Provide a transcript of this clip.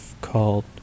called